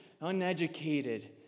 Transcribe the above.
uneducated